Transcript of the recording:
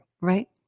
Right